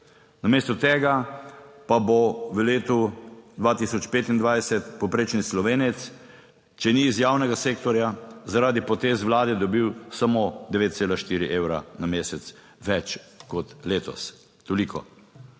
namesto tega pa bo v letu 2025 povprečen Slovenec, če ni iz javnega sektorja, zaradi potez vlade dobil samo 9,4 evra na mesec več kot letos, toliko.